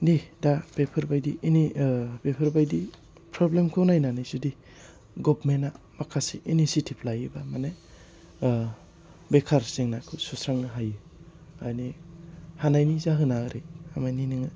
नि दा बेफोरबायदि ओह बेफोरबायदि फ्रब्लेमखौ नायनानै जुदि गभमेन्टया माखासे इनेसियेथिब लायोबा माने ओह बेखार जेंनाखौ सुस्रांनो हायो माने हानायनि जाहोना ओरै मानि नोङो